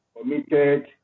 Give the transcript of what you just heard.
committed